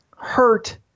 hurt